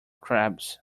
crabs